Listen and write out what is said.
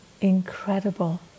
incredible